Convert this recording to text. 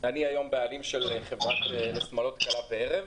אני בעלים של חברת שמלות כלה וערב.